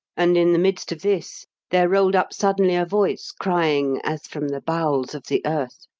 and in the midst of this there rolled up suddenly a voice crying, as from the bowels of the earth,